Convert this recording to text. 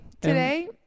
Today